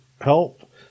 help